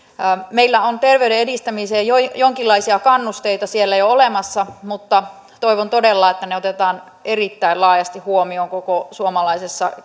meillä on terveyden edistämiseen jonkinlaisia kannusteita siellä jo olemassa mutta toivon todella että ne otetaan erittäin laajasti huomioon koko suomalaisessa